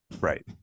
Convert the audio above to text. Right